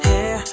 Hair